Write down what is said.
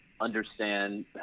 understand –